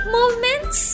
Movements